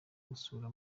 gusura